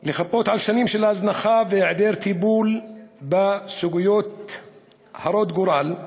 לחפות על שנים של הזנחה והיעדר טיפול בסוגיות הרות גורל,